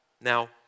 Now